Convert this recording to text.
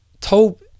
told